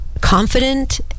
confident